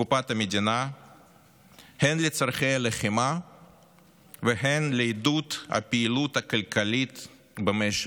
מקופת המדינה הן לצורכי הלחימה והן לעידוד הפעילות הכלכלית במשק,